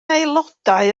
aelodau